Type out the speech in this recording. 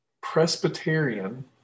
Presbyterian